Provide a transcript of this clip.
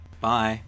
Bye